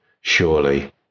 surely